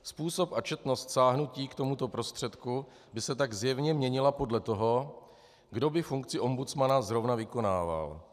Způsob a četnost sáhnutí k tomuto prostředku by se tak zjevně měnila podle toho, kdo by funkci ombudsmana zrovna vykonával.